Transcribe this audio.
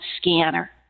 scanner